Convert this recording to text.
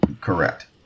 Correct